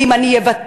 ואם אני אוותר,